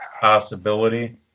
possibility